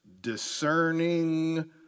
discerning